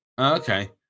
Okay